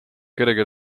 kerge